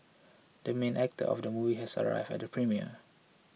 the main actor of the movie has arrived at the premiere